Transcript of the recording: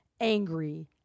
angry